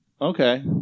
Okay